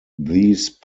these